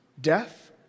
death